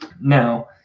Now